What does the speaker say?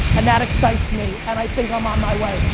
and that excites me and i think i'm on my way.